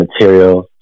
material